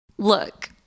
Look